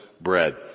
bread